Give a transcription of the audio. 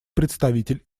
представитель